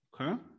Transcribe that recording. okay